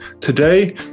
Today